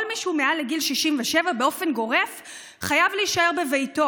מי שהוא מעל לגיל 67 חייב להישאר בביתו.